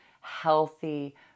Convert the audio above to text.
healthy